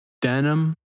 denim